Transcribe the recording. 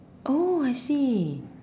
oh I see